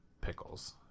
pickles